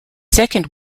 second